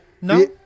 No